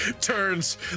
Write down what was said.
turns